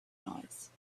noise